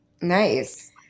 Nice